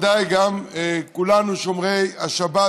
ודאי כולנו שומרי השבת,